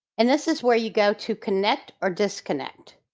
and this is where you go to connect or disconnect.